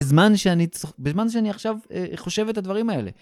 בזמן שאני צו... בזמן שאני עכשיו חושב את הדברים האלה.